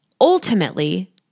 ultimately